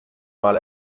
mal